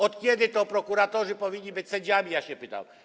Od kiedy to prokuratorzy powinni być sędziami, ja się pytam.